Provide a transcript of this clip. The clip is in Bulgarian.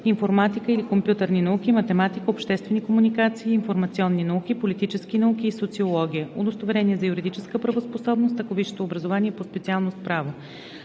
информатика и компютърни науки, математика, обществени комуникации и информационни науки, политически науки и социология; удостоверение за юридическа правоспособност, ако висшето образование е по специалност „Право“;